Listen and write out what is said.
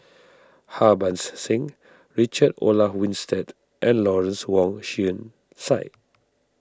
Harbans Singh Richard Olaf Winstedt and Lawrence Wong Shyun Tsai